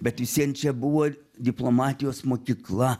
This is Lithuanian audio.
bet vis vien čia buvo diplomatijos mokykla